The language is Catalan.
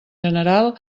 general